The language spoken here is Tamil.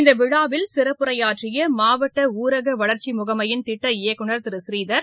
இந்த விழாவில் சிறப்புரையாற்றிய மாவட்ட ஊரக வளர்ச்சி முகமையின் திட்ட இயக்குனர் திரு ஸ்ரீதர்